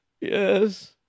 Yes